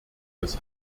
des